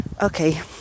okay